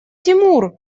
тимур